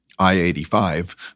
I-85